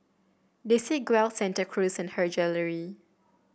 Desigual Santa Cruz and Her Jewellery